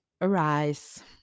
Arise